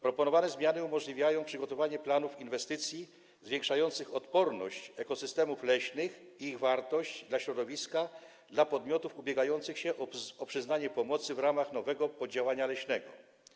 Proponowane zmiany umożliwiają przygotowywanie planów inwestycji zwiększających odporność ekosystemów leśnych i ich wartość dla środowiska dla podmiotów ubiegających się o przyznanie pomocy w ramach nowego poddziałania leśnego.